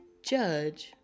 judge